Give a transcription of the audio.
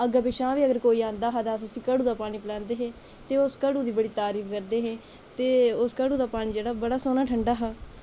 अग्गे पिच्छें दा बी कोई आंदा हा तां घड़ू दा पानी पलांदे हे ते उस घड़ू दी बड़ी तरीफ करदे हे ते उस घड़ू दा पानी जेह्ड़ा बड़ा ठंडा हा